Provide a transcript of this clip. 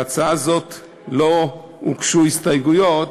להצעה הזאת לא הוגשו הסתייגויות,